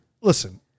listen